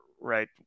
Right